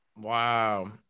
Wow